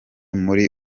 muri